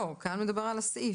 לא, כאן מדובר על הסעיף.